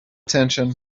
attention